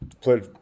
played